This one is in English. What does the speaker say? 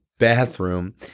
bathroom